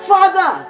Father